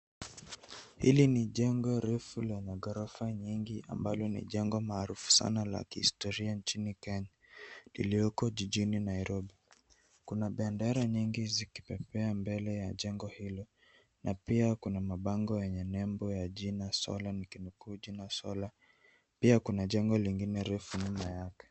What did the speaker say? Hili ni jengo refu lenye maghorofa nyingi ambalo ni jengo maarufu sana la kihistoria nchini Kenya iliyoko jijini Nairobi. Kuna bendera nyingi zikipepea mbele ya jengo hilo na pia kuna mabango yenye nembo ya jina solar ikinukuu jina solar . Pia kuna jengo lingine refu nyuma yake.